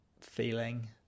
feeling